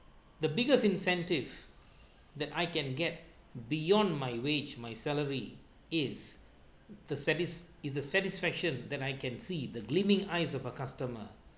the biggest incentive that I can get beyond my wage my salary is the satis~ is the satisfaction that I can see the gleaming eyes of a customer